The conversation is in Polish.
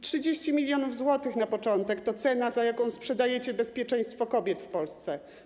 30 mln zł na początek to cena, za jaką sprzedajecie bezpieczeństwo kobiet w Polsce.